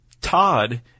Todd